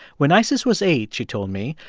when isis was eight, she told me,